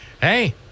hey